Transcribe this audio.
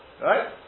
Right